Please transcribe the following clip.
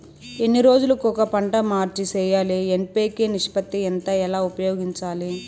ఎన్ని రోజులు కొక పంట మార్చి సేయాలి ఎన్.పి.కె నిష్పత్తి ఎంత ఎలా ఉపయోగించాలి?